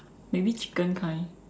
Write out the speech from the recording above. maybe chicken kind